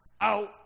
out